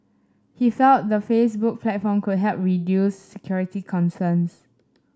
he felt the Facebook platform could help reduce security concerns